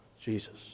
Jesus